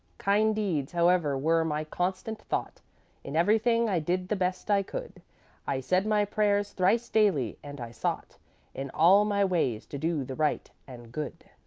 kind deeds, however, were my constant thought in everything i did the best i could i said my prayers thrice daily, and i sought in all my ways to do the right and good.